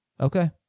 okay